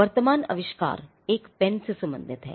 वर्तमान आविष्कार एक पेन से संबंधित है